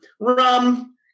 Rum